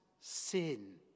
sin